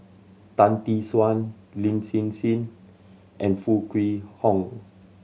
Tan Tee Suan Lin Hsin Hsin and Foo Kwee Horng